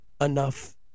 enough